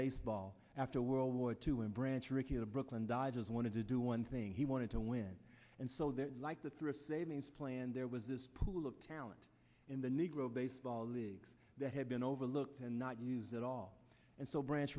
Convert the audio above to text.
baseball after world war two and branch rickey the brooklyn dodgers wanted to do one thing he wanted to win and so there's like the thrift savings plan there was this pool of talent in the negro baseball leagues that had been overlooked and not used at all and so branch